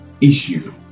issue